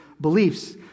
beliefs